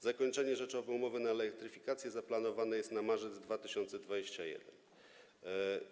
Zakończenie rzeczowe umowy na elektryfikację jest zaplanowane na marzec 2021 r.